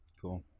Cool